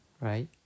Right